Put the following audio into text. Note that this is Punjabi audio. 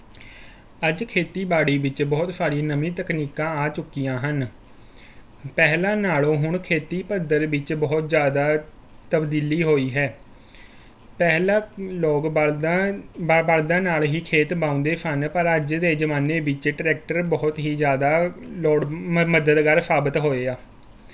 ਅੱਜ ਖੇਤੀਬਾੜੀ ਵਿੱਚ ਬਹੁਤ ਸਾਰੀ ਨਵੀਂ ਤਕਨੀਕਾਂ ਆ ਚੁੱਕੀਆਂ ਹਨ ਪਹਿਲਾਂ ਨਾਲੋਂ ਹੁਣ ਖੇਤੀ ਪੱਧਰ ਵਿੱਚ ਬਹੁਤ ਜ਼ਿਆਦਾ ਤਬਦੀਲੀ ਹੋਈ ਹੈ ਪਹਿਲਾਂ ਲੋਕ ਬੱਲ਼ਦਾਂ ਬ ਬੱਲ਼ਦਾਂ ਨਾਲ ਹੀ ਖੇਤ ਵਹਾਉਂਦੇ ਸਨ ਪਰ ਅੱਜ ਦੇ ਜ਼ਮਾਨੇ ਵਿੱਚ ਟਰੈਕਟਰ ਬਹੁਤ ਹੀ ਜ਼ਿਆਦਾ ਲੋੜ ਮ ਮਦਦਗਾਰ ਸਾਬਤ ਹੋਏਆ